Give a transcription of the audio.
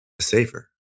Safer